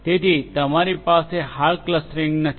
તેથી તમારી પાસે હાર્ડ ક્લસ્ટરિંગ નથી